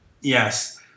Yes